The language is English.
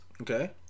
Okay